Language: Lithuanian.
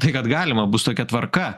tai kad galima bus tokia tvarka